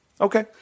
Okay